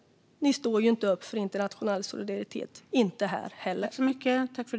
Ni står inte upp för internationell solidaritet - inte här heller.